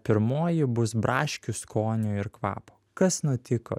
pirmoji bus braškių skonio ir kvapo kas nutiko